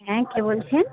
হ্যাঁ কে বলছেন